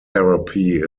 therapy